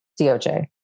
DOJ